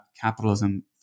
capitalism